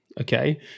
Okay